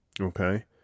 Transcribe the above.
Okay